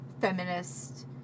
feminist